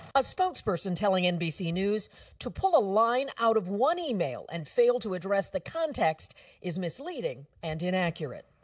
a spokesperson telling nbc news to pull a line out of one email and failed to address the context is misleading and inaccurate.